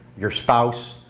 your spouse,